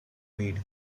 weed